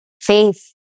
Faith